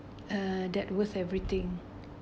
uh that worth everything